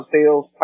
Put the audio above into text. Sales